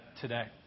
today